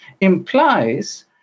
implies